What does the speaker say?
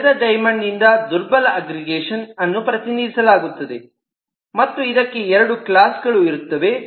ತೆರೆದ ಡೈಮಂಡ್ ನಿಂದ ದುರ್ಬಲ ಅಗ್ರಿಗೇಷನ್ ಅನ್ನು ಪ್ರತಿನಿಧಿಸಲಾಗುತ್ತದೆ ಮತ್ತು ಇದಕ್ಕೆ ಮತ್ತೆ ಎರಡು ಕ್ಲಾಸ್ ಗಳು ಇರುತ್ತದೆ